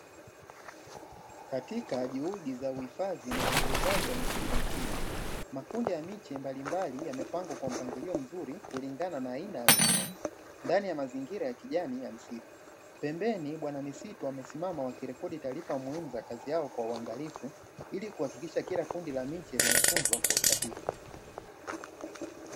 Katika juhudi za uendelezaji na utunzaji wa misitu nchini, makundi ya miche mbalimbali yamepangwa kwa mpangilio mzuri kulingana na aina ya mimea, ndani ya mazingira ya kijani ya msitu. Pembeni bwana misitu wamesimama wakirekodi taarifa muhimu za kazi yao na kwa uangalifi ili kuhakikisha kila kundi la miche linatunzwa kwa usahihi.